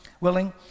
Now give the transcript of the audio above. willing